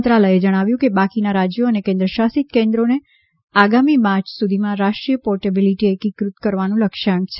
મંત્રાલયે જણાવ્યું કે બાકીના રાજ્યો અને કેન્દ્રશાસિત કેન્દ્રોને આગામી માર્ચ સુધીમાં રાષ્ટ્રીય પોર્ટેબિલીટીમાં એકીકૃત કરવાનું લક્ષ્યાંક છે